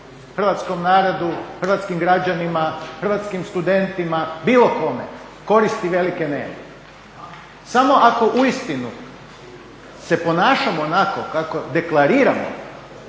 hrvatskom narodu, hrvatskim građanima, hrvatskim studentima bilo kome koristi velike ne. Samo ako uistinu se ponašamo onako kako deklariramo